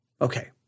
Okay